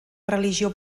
religió